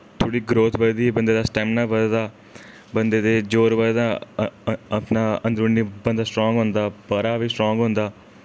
थोह्ड़ी ग्रोथ बधदी बंदे दा स्टैमिना बधदा दा बंदे दे जोर बधदा अपना अंदरूनी बंदा स्ट्रांग होंदा बाह्रा दा बी स्ट्रांग होंदा